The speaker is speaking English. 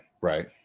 right